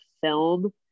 film